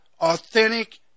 authentic